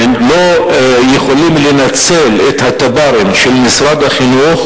לא יכולים לנצל את התב"רים של משרד החינוך,